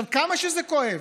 עכשיו, כמה שזה כואב,